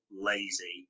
lazy